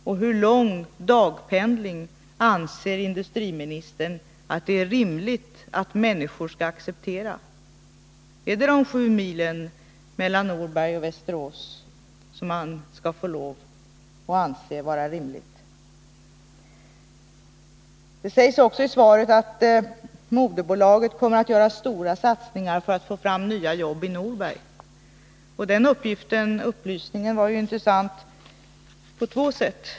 Och hur lång dagspendling anser industriministern att det är rimligt att människor skall acceptera? Skall de få lov att anse det sju mil långa avståndet mellan Norberg och Västerås vara rimligt? Det sägs också i svaret att moderbolaget ASEA kommer att göra stora satsningar för att få fram nya jobb i Norberg. Den upplysningen var intressant av två skäl.